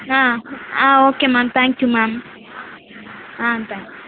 ah ah okay ma'am thank you ma'am ah thanks